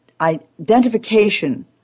identification